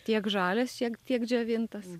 tiek žalias šiek tiek džiovintas